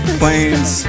planes